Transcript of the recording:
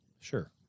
Sure